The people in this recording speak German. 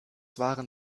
waren